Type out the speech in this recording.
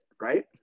Right